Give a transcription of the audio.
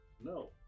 No